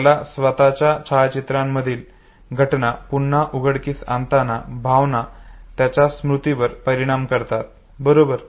त्याला स्वतच्या छायाचित्रांमधील घटना पुन्हा उघडकीस आणताना भावना त्यांच्या स्मृतीवर परिणाम करतात बरोबर